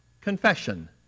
confession